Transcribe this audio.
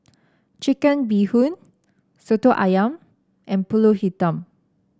Chicken Bee Hoon Soto ayam and pulut Hitam